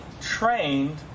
trained